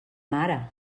mare